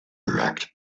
direct